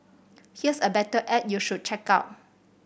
here's a better ad you should check out